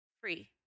free